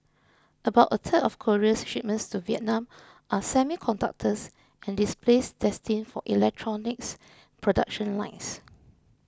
about a third of Korea's shipments to Vietnam are semiconductors and displays destined for electronics production lines